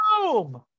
Boom